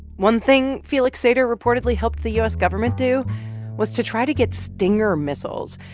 one thing felix sater reportedly helped the u s. government do was to try to get stinger missiles.